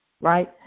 right